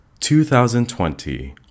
2020